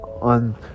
on